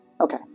Okay